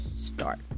start